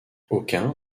aucun